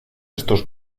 estos